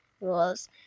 rules